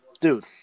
dude